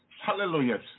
Hallelujah